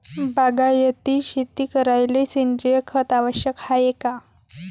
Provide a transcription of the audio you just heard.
बागायती शेती करायले सेंद्रिय खत आवश्यक हाये का?